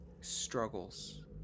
struggles